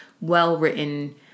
well-written